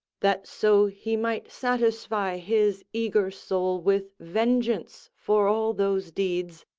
that so he might satisfy his eager soul with vengeance for all those deeds,